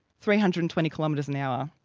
three hundred and twenty kilometres an hour.